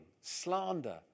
slander